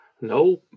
No